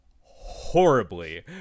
horribly